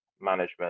management